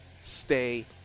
stay